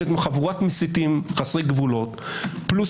שאלה חבורת מסיתים חסרי גבולות פלוס